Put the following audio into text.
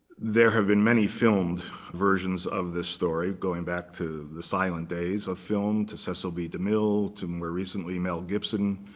there have been many filmed versions of this story going back to the silent days of film, to cecil b. demille, to more recently, mel gibson.